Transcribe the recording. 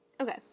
Okay